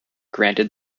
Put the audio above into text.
granted